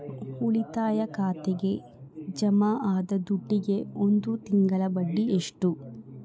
ಉಳಿತಾಯ ಖಾತೆಗೆ ಜಮಾ ಆದ ದುಡ್ಡಿಗೆ ಒಂದು ತಿಂಗಳ ಬಡ್ಡಿ ಎಷ್ಟು?